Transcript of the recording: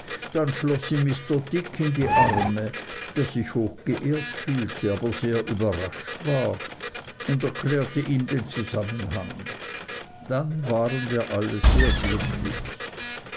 dann schloß sie mr dick in die arme der sich hochgeehrt fühlte aber sehr überrascht war und erklärte ihm den zusammenhang dann waren wir alle sehr glücklich